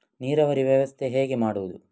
ನೀರಾವರಿ ವ್ಯವಸ್ಥೆ ಹೇಗೆ ಮಾಡುವುದು?